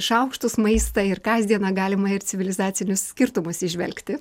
šaukštus maistą ir kasdieną galima ir civilizacinius skirtumus įžvelgti